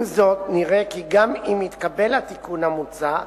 עם זאת, נראה כי גם אם יתקבל התיקון המוצע,